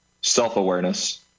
self-awareness